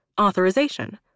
authorization